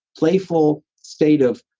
playful state of,